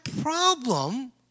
problem